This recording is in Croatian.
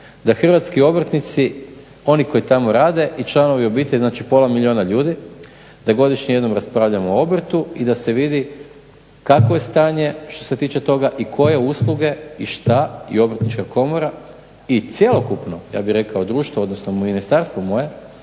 da hrvatski obrtnici, oni koji tamo rade i članovi obitelji, znači pola milijuna ljudi da godišnje jednom raspravljamo o obrtu i da se vidi kakvo je stanje što se tiče toga i koje usluge i šta i Obrtnička komora i cjelokupno ja bih rekao društvo, odnosno ministarstvo moje